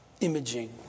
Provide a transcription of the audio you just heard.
imaging